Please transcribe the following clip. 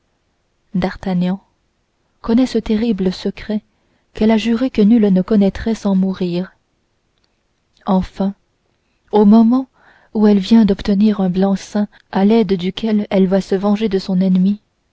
d'artagnan connaît ce terrible secret qu'elle a juré que nul ne connaîtrait sans mourir enfin au moment où elle vient d'obtenir un blanc seing à l'aide duquel elle va se venger de son ennemi